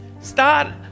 start